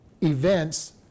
events